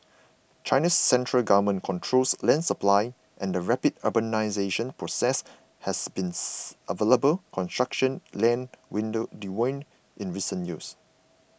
China's central government controls land supply and the rapid urbanisation process has been available construction land window dwindle in recent years